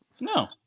No